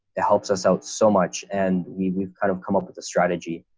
it helps us out so much. and we've we've kind of come up with a strategy.